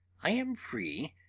i am free,